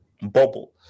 bubble